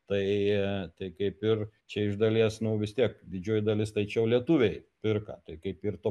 tai tai kaip ir čia iš dalies nu vis tiek didžioji dalis tai čia jau lietuviai pirko tai kaip ir to